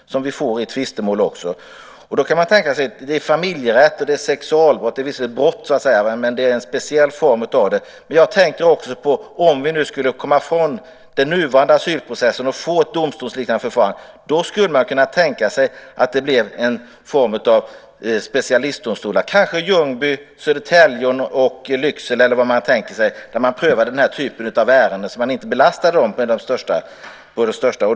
Det kan handla om brott inom familjerättens område och om sexualbrott. De är visserligen brott, men en speciell form av brott. Jag tänker också på att om vi skulle komma ifrån den nuvarande asylprocessen och i stället få ett domstolsliknande förfarande kunde man tänka sig en form av specialistdomstolar, kanske i Ljungby, Södertälje och Lycksele eller var de nu skulle finnas, där man prövade den typen av ärenden för att inte belasta de största domstolarna med dem.